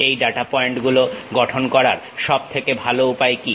এই data point গুলো গঠন করার সব থেকে ভালো উপায় কি